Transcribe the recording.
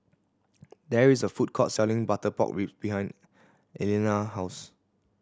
there is a food court selling butter pork rib behind Elianna house